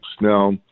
now